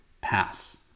pass